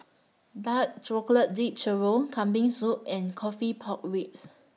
Dark Chocolate Dipped Churro Kambing Soup and Coffee Pork Ribs